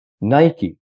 Nike